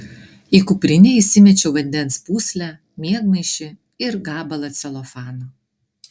į kuprinę įsimečiau vandens pūslę miegmaišį ir gabalą celofano